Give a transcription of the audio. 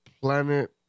planet